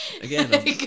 Again